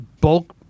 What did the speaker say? bulk